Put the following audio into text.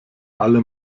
alle